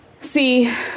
See